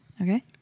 Okay